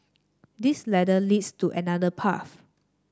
this ladder leads to another path